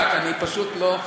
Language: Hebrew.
סליחה.